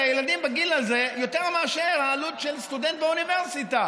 הילדים בגיל הזה יותר מאשר העלות של סטודנט באוניברסיטה,